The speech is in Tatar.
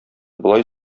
болай